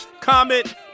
comment